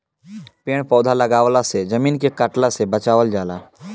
पेड़ पौधा लगवला से जमीन के कटला से बचावल जाला